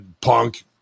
Punk